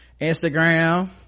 Instagram